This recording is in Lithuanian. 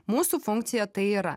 mūsų funkcija tai yra